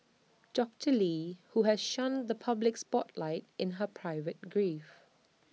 doctor lee who has shunned the public spotlight in her private grief